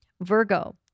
Virgo